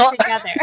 together